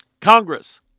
Congress